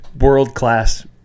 world-class